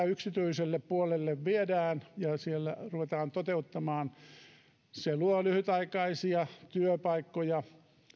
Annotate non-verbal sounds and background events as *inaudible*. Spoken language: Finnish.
*unintelligible* yksityiselle puolelle ja ruvetaan siellä toteuttamaan se luo lyhytaikaisia työpaikkoja